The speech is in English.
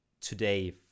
today